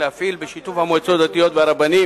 להפעיל בשיתוף המועצות הדתיות והרבנים